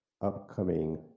upcoming